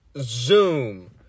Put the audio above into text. Zoom